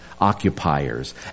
occupiers